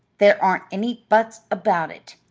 there aren't any buts about it,